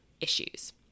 issues